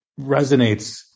resonates